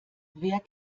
wer